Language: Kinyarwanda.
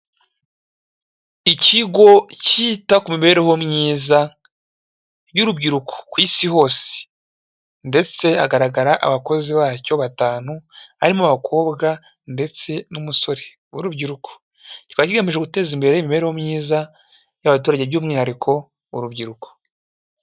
Ikigo cyita ku mibereho myiza y'urubyiruko ku Isi hose, ndetse hagaragara abakozi bacyo batanu barimo abakobwa ndetse n'umusore w'urubyiruko, kikaba kigamije guteza imbere imibereho myiza y'abaturage by'umwihariko urubyiruko.